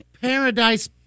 Paradise